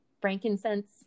frankincense